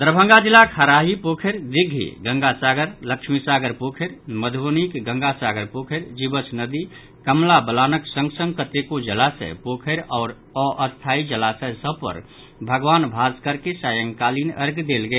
दरभंगा जिलाक हराही पोखरि दिग्घी गंगा सागर लक्ष्मीसागर पोखरि मधुवनीक गंगासागर पोखरि जिवछ नदि कमला वलानक संग संग कतेको जलाशय पोखरि आओर अस्थायी जलाशय सभ पर भगवान भास्कर के सायंकालिन अर्ध्य देल गेल